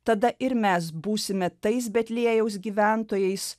tada ir mes būsime tais betliejaus gyventojais